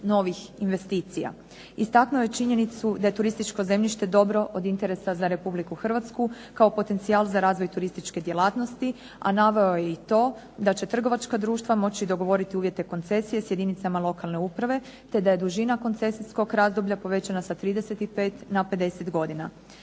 novih investicija. Istaknuo je činjenicu da je turističko zemljište dobro od interesa za Republiku Hrvatsku kao potencijal za razvoj turističke djelatnosti, a naveo je i to da će trgovačka društva moći dogovoriti uvjete koncesije sa jedinicama lokalne samouprave, te da je duljina koncesijskog razdoblja povećana sa 35 na 50 godina.